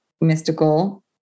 mystical